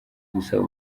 gusaba